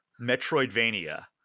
Metroidvania